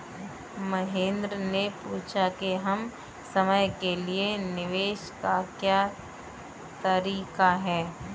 महेन्द्र ने पूछा कि कम समय के लिए निवेश का क्या तरीका है?